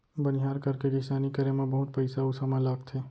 बनिहार करके किसानी करे म बहुत पइसा अउ समय लागथे